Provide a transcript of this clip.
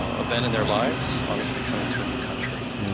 ah event in their lives, obviously coming to a new country, and yeah